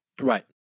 Right